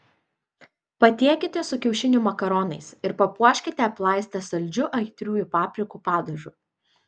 patiekite su kiaušinių makaronais ir papuoškite aplaistę saldžiu aitriųjų paprikų padažu